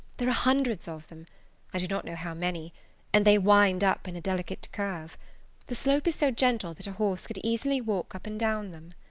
there are hundreds of them i do not know how many and they wind up in a delicate curve the slope is so gentle that a horse could easily walk up and down them.